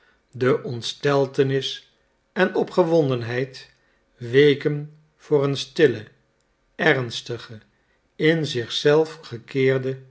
de ontsteltenis en opgewondenheid weken voor een stille ernstige in zich zelf gekeerde